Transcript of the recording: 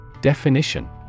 Definition